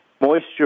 moisture